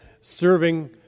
serving